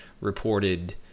reported